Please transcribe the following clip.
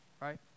right